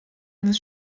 eines